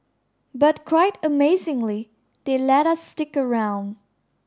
but quite amazingly they let us stick around